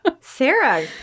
Sarah